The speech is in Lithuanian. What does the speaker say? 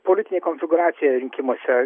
politinė konfigūracija rinkimuose